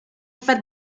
fed